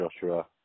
Joshua